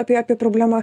apie apie problemą